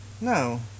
No